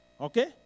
Okay